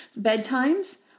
bedtimes